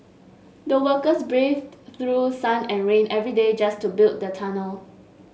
the workers braved through sun and rain every day just to build the tunnel